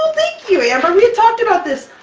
you amber! we had talked about this!